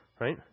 Right